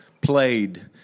played